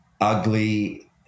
ugly